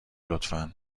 لطفا